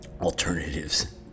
alternatives